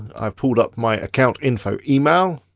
i've pulled up my account info email,